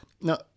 Now